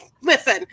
Listen